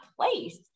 place